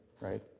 Right